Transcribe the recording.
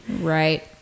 Right